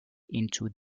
into